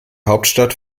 hauptstadt